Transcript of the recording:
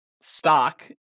stock